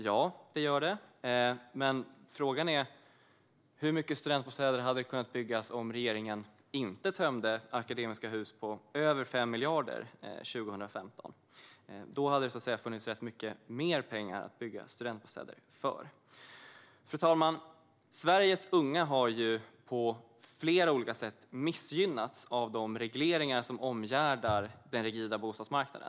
Ja, det gör det, men frågan är hur många studentbostäder som hade kunnat byggas om regeringen inte hade tömt Akademiska Hus på över 5 miljarder år 2015. Då hade det så att säga funnits rätt mycket mer pengar att bygga studentbostäder för. Fru talman! Sveriges unga har på flera olika sätt missgynnats av de regleringar som omgärdar den rigida bostadsmarknaden.